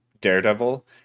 daredevil